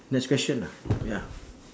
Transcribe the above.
next question ah ya